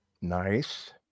nice